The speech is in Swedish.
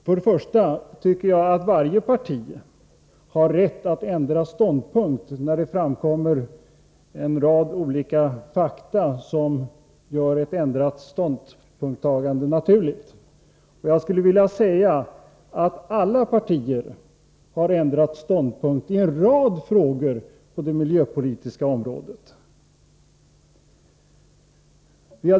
Först och främst tycker jag att varje parti har rätt att ändra ståndpunkt, när det framkommer en rad olika nya fakta, som gör ett ändrat ståndpunktstagande naturligt. Alla partier har ändrat ståndpunkt i en rad frågor på det miljöpolitiska området.